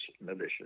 malicious